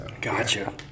Gotcha